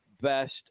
best